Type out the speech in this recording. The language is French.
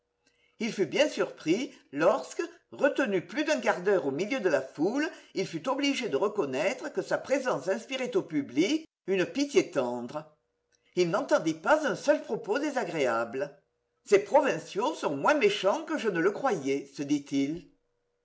il fut bien surpris lorsque retenu plus d'un quart d'heure au milieu de la foule il fut obligé de reconnaître que sa présence inspirait au public une pitié tendre il n'entendit pas un seul propos désagréable ces provinciaux sont moins méchants que je ne le croyais se dit-il